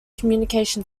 communication